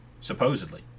Supposedly